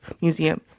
museum